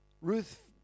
Ruth